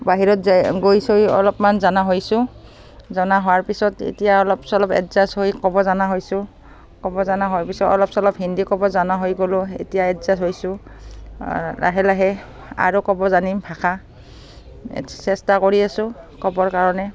বাহিৰত য গৈ ছৈ অলপমান জনা হৈছোঁ জনা হোৱাৰ পিছত এতিয়া অলপ চলপ এডজাষ্ট হৈ ক'ব জনা হৈছোঁ ক'ব জনা হোৱাৰ পিছত অলপ চলপ হিন্দী ক'ব জনা হৈ গ'লোঁ এতিয়া এডজাষ্ট হৈছোঁ লাহে লাহে আৰু ক'ব জানিম ভাষা চেষ্টা কৰি আছোঁ ক'বৰ কাৰণে